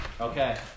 Okay